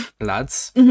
lads